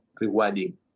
rewarding